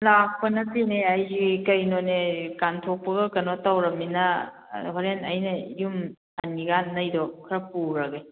ꯂꯥꯛꯄ ꯅꯠꯇꯦꯅꯦ ꯑꯩ ꯀꯩꯅꯣꯅꯦ ꯀꯥꯟꯊꯣꯛꯄꯒ ꯀꯩꯅꯣ ꯇꯧꯔꯃꯤꯅ ꯍꯣꯔꯦꯟ ꯑꯩꯅ ꯌꯨꯝ ꯍꯟꯈꯤꯀꯥꯟꯉꯩꯗꯣ ꯈꯔ ꯄꯨꯈ꯭ꯔꯒꯦ